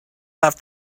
have